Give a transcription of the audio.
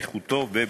איכותו ובטיחותו.